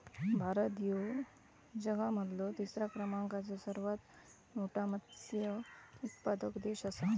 भारत ह्यो जगा मधलो तिसरा क्रमांकाचो सर्वात मोठा मत्स्य उत्पादक देश आसा